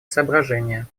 соображения